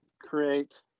create